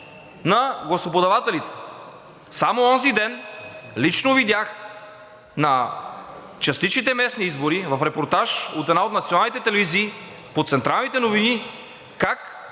на гласоподавателите. Само онзи ден лично видях на частичните местни избори – в репортаж от една от националните телевизии, по централните новини, как